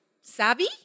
savvy